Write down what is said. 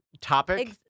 topic